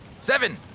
Seven